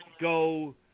go